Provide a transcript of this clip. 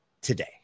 today